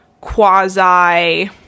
quasi